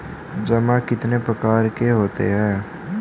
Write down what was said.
जमा कितने प्रकार के होते हैं?